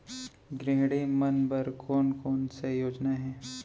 गृहिणी मन बर कोन कोन से योजना हे?